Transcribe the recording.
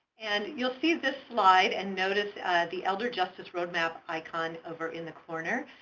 and you'll see this slide and notice the elder justice roadmap icon over in the corner.